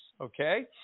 okay